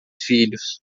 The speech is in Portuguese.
filhos